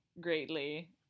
greatly